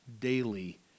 daily